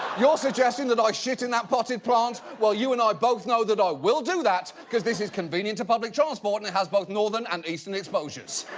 you're suggesting that i shit in that potted plant while you and i both know that i will do that cause this is convenient to public transport, and has both northern and eastern exposures.